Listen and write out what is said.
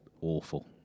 awful